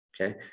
okay